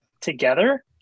together